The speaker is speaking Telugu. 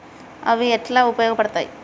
అవి ఎట్లా ఉపయోగ పడతాయి?